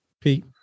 Pete